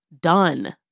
done